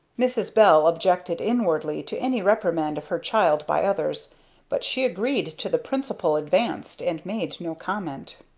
mrs. bell objected inwardly to any reprimand of her child by others but she agreed to the principle advanced and made no comment.